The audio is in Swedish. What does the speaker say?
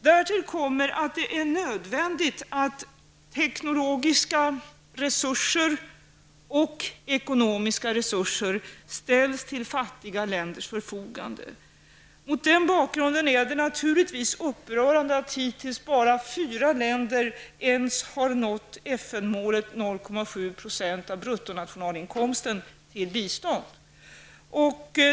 Till detta kommer att det är nödvändigt att teknologiska och ekonomiska resurser ställs till fattiga länders förfogande. Mot denna bakgrund är det naturligtvis upprörande att bara fyra länder hittills har nått ens till FN-målet att avsätta 0,7 % av bruttonatinalinkomsten till bistånd.